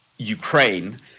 Ukraine